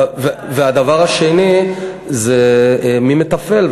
והדבר השני זה מי מתפעל,